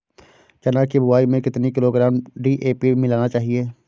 चना की बुवाई में कितनी किलोग्राम डी.ए.पी मिलाना चाहिए?